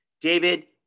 David